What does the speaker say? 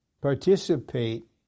participate